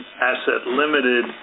asset-limited